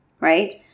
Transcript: Right